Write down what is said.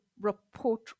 report